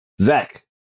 Zach